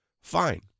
Fine